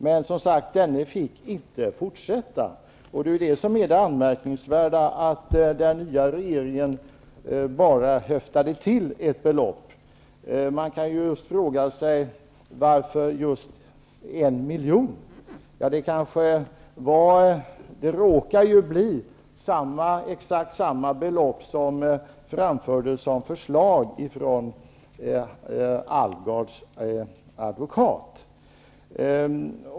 Men denne fick som sagt inte fortsätta. Det är ju detta som är det anmärkningsvärda, nämligen att den nya regeringen höftade till ett belopp. Man kan fråga sig varför det skulle utgå just 1 milj.kr. Det råkade bli exakt samma belopp som framfördes som förslag från Alvgards advokat.